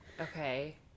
Okay